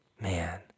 man